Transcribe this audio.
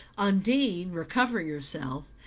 undine, recovering herself,